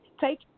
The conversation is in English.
take